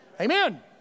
Amen